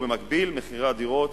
ובמקביל מחיר הדירות